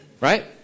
Right